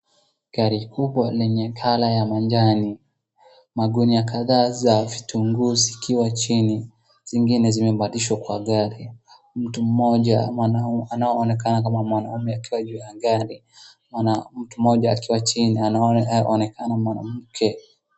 Gari kubwa lenye colour ya majani, magunia kadhaa za vitunguu zikiwa chini, zingine zimepandishwa kwa gari. Mtu mmoja anayeonekana kama mwanaume akiwa juu ya gari, mtu mmoja akiwa chini anaonekana mwanamke.